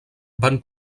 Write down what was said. van